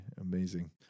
amazing